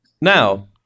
Now